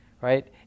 right